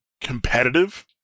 competitive